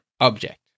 object